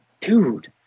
dude